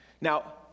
Now